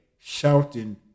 shouting